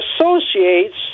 Associates